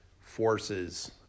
forces